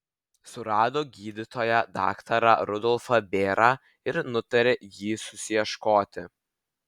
surado gydytoją daktarą rudolfą bėrą ir nutarė jį susiieškoti